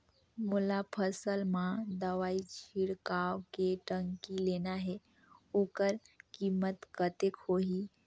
मोला फसल मां दवाई छिड़काव के टंकी लेना हे ओकर कीमत कतेक होही?